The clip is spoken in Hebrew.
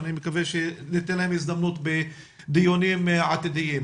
אני מקווה שניתן להם הזדמנות בדיונים עתידיים.